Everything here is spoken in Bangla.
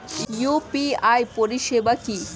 ইউ.পি.আই পরিষেবা কি?